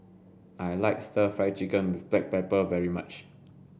I like stir fry chicken with black pepper very much